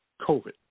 COVID